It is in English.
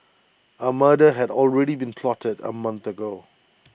A murder had already been plotted A month ago